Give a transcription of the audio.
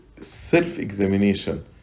self-examination